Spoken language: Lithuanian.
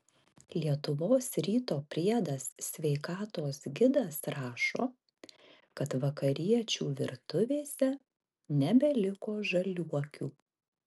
lietuvos ryto priedas sveikatos gidas rašo kad vakariečių virtuvėse nebeliko žaliuokių